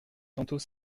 tantôt